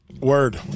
word